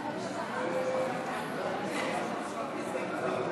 לוועדה שתקבע ועדת הכנסת נתקבלה.